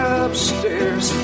upstairs